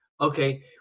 Okay